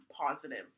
positive